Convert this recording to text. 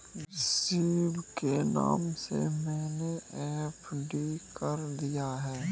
ऋषभ के नाम से मैने एफ.डी कर दिया है